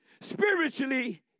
spiritually